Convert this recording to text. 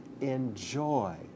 enjoy